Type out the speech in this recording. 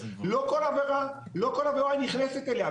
לא כל עבירה נכנסת אליה,